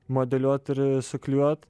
modeliuot ir suklijuot